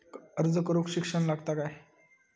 अर्ज करूक शिक्षण लागता काय?